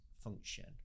function